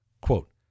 Quote